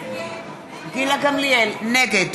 נגד